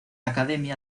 academia